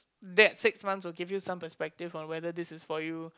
that six months will give you some perspective on whether this is for you